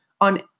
on